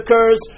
occurs